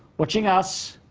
watching us,